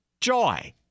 joy